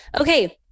Okay